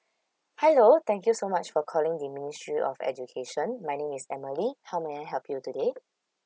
hello thank you so much for calling the ministry of education my name is emily how may I help you today